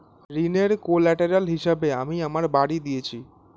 ঋনের কোল্যাটেরাল হিসেবে আমি আমার বাড়ি দিয়েছি